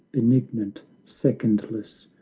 benignant, secondless,